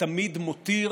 ותמיד מותיר